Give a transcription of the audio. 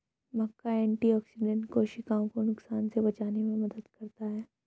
मक्का antioxidant कोशिकाओं को नुकसान से बचाने में मदद करता है